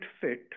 fit